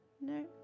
No